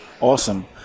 Awesome